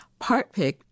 PartPick